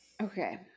Okay